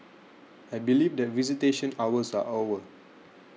I believe that visitation hours are over